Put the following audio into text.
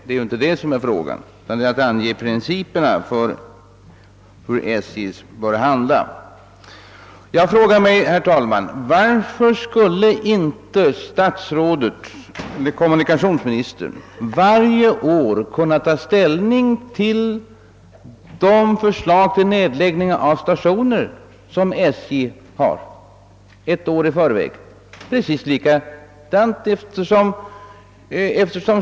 Det är inte det som frågan gäller, utan det gäller att ange principerna för hur SJ bör handla. Jag frågar mig, herr talman, varför inte kommunikationsministern varje år skulle kunna ta ställning till de för slag om nedläggning av stationer, som SJ aktualiserar ett år i förväg.